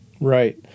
Right